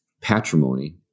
patrimony